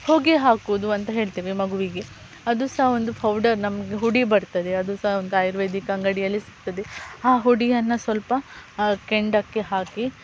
ಹೋಗಿ ಹಾಕುವುದು ಅಂತ ಹೇಳ್ತೇವೆ ಮಗುವಿಗೆ ಅದು ಸಹ ಒಂದು ಪೌಡರ್ ನಮಗೆ ಹುಡಿ ಬರ್ತದೆ ಅದು ಸ ಒಂದು ಆಯುರ್ವೇದಿಕ್ ಅಂಗಡಿಯಲ್ಲಿ ಸಿಗ್ತದೆ ಆ ಹುಡಿಯನ್ನು ಸ್ವಲ್ಪ ಕೆಂಡಕ್ಕೆ ಹಾಕಿ